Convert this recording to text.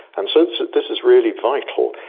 and so this this is really vital.